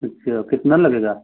अच्छा कितना लगेगा